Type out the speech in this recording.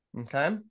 Okay